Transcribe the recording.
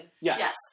Yes